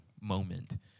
moment